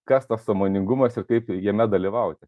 kas tas sąmoningumas ir kaip jame dalyvauti